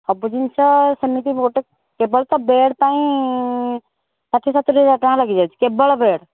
ସବୁ ଜିନିଷ ସେମିତି ଗୋଟେ କେବଳ ତ ବେଡ଼୍ ପାଇଁ ଷାଠିଏ ସତୁରି ହଜାର ଟଙ୍କା ଲାଗିଯାଉଛି କେବଳ ବେଡ଼୍